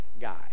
guy